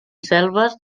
selves